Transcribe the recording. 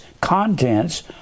contents